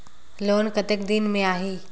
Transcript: Loan कतेक दिन मे आही?